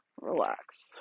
Relax